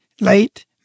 late